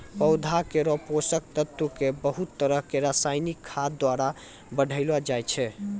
पौधा केरो पोषक तत्व क बहुत तरह सें रासायनिक खाद द्वारा बढ़ैलो जाय छै